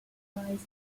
habitats